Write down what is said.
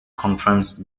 confronts